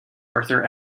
arthur